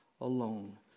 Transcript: alone